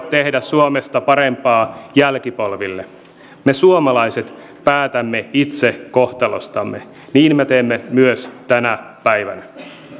tehdä suomesta parempaa jälkipolville me suomalaiset päätämme itse kohtalostamme niin me teemme myös tänä päivänä